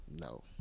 No